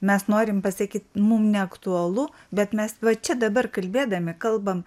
mes norim pasakyt mum neaktualu bet mes va čia dabar kalbėdami kalbam